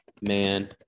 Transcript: man